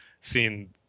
seeing